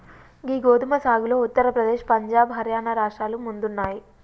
గీ గోదుమ సాగులో ఉత్తర ప్రదేశ్, పంజాబ్, హర్యానా రాష్ట్రాలు ముందున్నాయి